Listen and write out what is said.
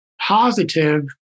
positive